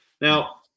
now